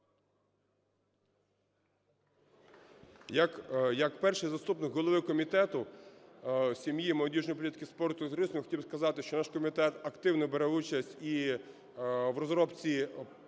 Як перший заступник голови Комітету сім’ї, молодіжної політики, спорту і туризму хотів сказати, що наш комітет активно бере участь і в розробці